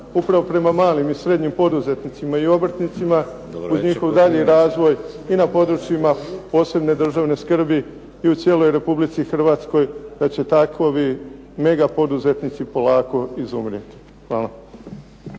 upravo prema malim i srednjim poduzetnicima i obrtnicima uz njihov daljnji razvoj i na područjima posebne državne skrbi i u cijeloj Republici Hrvatskoj da će takovi mega poduzetnici polako izumrijeti. Hvala.